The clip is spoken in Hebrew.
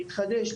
להתחדש,